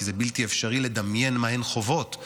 כי זה בלתי אפשרי לדמיין מה הן חוות,